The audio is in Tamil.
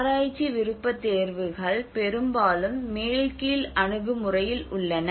ஆராய்ச்சி விருப்பத்தேர்வுகள் பெரும்பாலும் மேல் கீழ் அணுகுமுறையில் உள்ளன